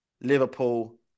Liverpool